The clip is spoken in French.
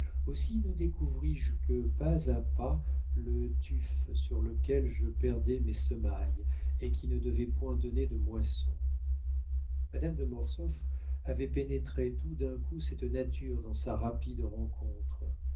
aussi ne découvris je que pas à pas le tuf sur lequel je perdais mes semailles et qui ne devait point donner de moissons madame de mortsauf avait pénétré tout d'un coup cette nature dans sa rapide rencontre